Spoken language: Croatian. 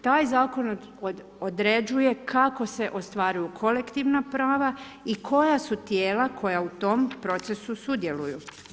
Taj zakon određuje kako se ostvaruju kolektivna prava i koja su tijela koja u tom procesu sudjeluju.